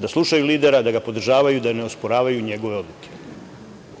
da slušaju lidera, da ga podržavaju, da ne osporavaju njegove odluke. To